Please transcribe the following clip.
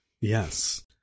Yes